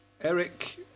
Eric